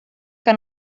que